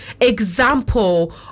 example